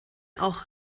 auch